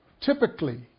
Typically